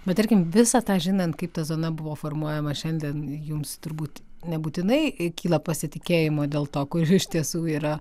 bet tarkim visą tą žinant kaip ta zona buvo formuojama šiandien jums turbūt nebūtinai kyla pasitikėjimo dėl to kur iš tiesų yra